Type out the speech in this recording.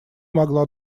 могла